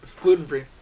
gluten-free